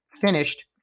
Finished